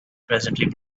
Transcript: presently